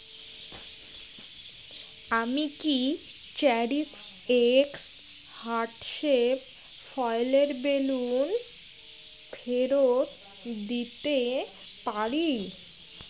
আমি কি চ্যারিক্সএক্স হার্ট শেপ ফয়েলের বেলুন ফেরত দিতে পারি